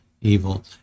evil